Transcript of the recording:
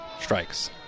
strikes